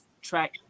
track